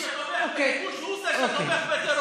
מי שתומך בכיבוש הוא זה שתומך בטרור.